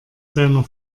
seiner